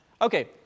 Okay